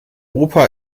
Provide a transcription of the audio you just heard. opa